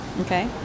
okay